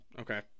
Okay